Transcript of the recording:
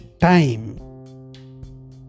time